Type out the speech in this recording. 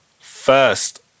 First